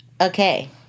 Okay